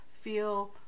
feel